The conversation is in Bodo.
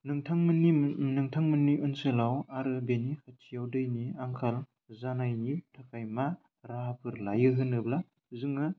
नोंथांमोननि मोह नोंथांमोननि ओनसोलाव आरो बेनि खाथियाव दैनि आंखाल जानायनि थाखाय मा राहाफोर लायो होनोब्ला जोङो